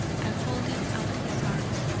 and holding out his arms,